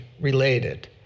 related